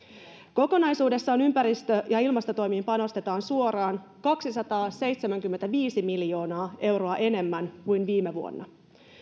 kokonaisuudessaan ympäristö ja ilmastotoimiin panostetaan suoraan kaksisataaseitsemänkymmentäviisi miljoonaa euroa enemmän kuin viime vuonna